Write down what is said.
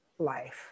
life